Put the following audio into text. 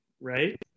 right